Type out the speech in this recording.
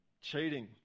cheating